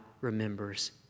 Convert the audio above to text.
remembers